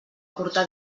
curta